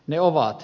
ne ovat